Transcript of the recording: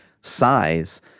size